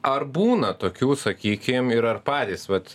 ar būna tokių sakykim ir ar patys vat